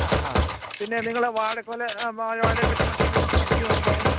ആ ആ പിന്നെ നിങ്ങള് വാഴക്കുല ആ വാഴ വാഴയെ പറ്റി മറ്റെന്തെങ്കിലും സംശയം ഉണ്ടോ